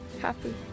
happy